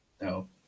no